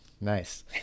nice